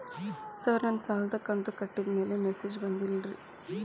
sir ನನ್ನ ಸಾಲದ ಕಂತು ಕಟ್ಟಿದಮೇಲೆ ಮೆಸೇಜ್ ಬಂದಿಲ್ಲ ರೇ